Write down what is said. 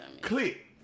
Click